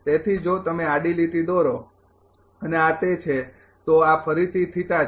તેથી જો તમે આડી લીટી દોરો અને આ તે છે તો આ ફરીથી થીટા છે